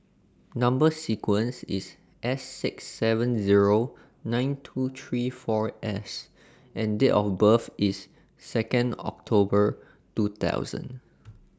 Number sequence IS S six seven Zero nine two three four S and Date of birth IS Second October two thousand